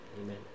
amen